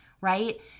right